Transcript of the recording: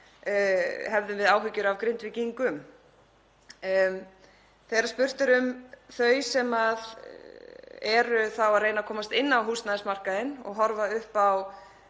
hefðum við áhyggjur af Grindvíkingum. Þegar spurt er um þau sem eru að reyna að komast inn á húsnæðismarkaðinn og horfa upp á